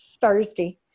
thursday